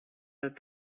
that